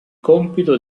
compito